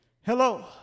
Hello